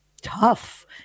tough